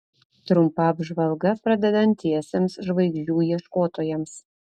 trumpa apžvalga pradedantiesiems žvaigždžių ieškotojams